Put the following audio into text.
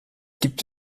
gibt